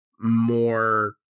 more